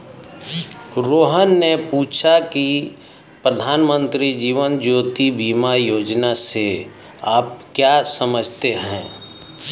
रोहन ने पूछा की प्रधानमंत्री जीवन ज्योति बीमा योजना से आप क्या समझते हैं?